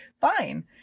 fine